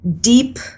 deep